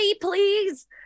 please